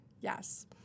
yes